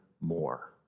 more